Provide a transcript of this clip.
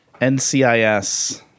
NCIS